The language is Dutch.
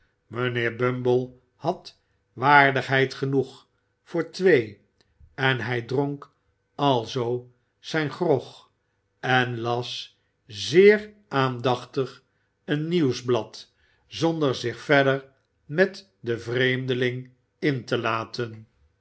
mijnheer bumble had waardigheid genoeg voor twee en hij dronk alzoo zijn grog en las zeer aandachtig een nieuwsblad zonder zich verder met den vreemdeling in te laten